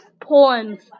poems